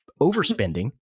overspending